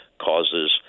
causes